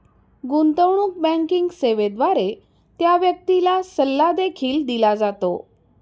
गुंतवणूक बँकिंग सेवेद्वारे त्या व्यक्तीला सल्ला देखील दिला जातो